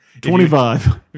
Twenty-five